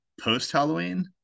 post-Halloween